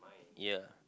ya